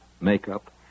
makeup